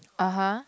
(uh huh)